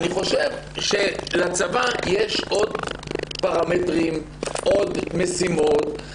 אני חושב שלצבא יש עוד פרמטרים, עוד משימות.